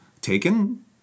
taken